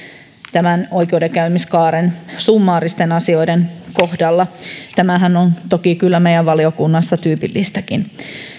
tämän oikeudenkäymiskaaren summaaristen asioiden kohdalla tämähän on toki kyllä meidän valiokunnassamme tyypillistäkin